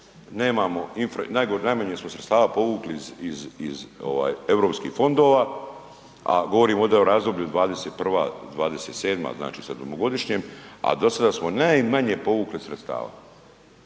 najmanje smo sredstava povukli iz ovaj Europskih fondova, a govorimo ovdje o razdoblju '21. – '27., znači sedmogodišnjem, a dosada smo najmanje povukli sredstava,